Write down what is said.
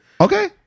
Okay